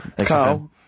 Carl